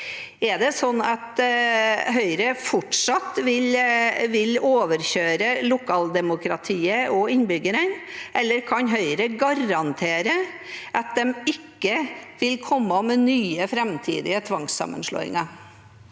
Er det sånn at Høyre fortsatt vil overkjøre lokaldemokratiet og innbyggerne, eller kan Høyre garantere at de ikke vil komme med nye framtidige tvangssammenslåinger?